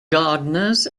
gardeners